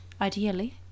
ideally